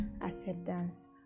acceptance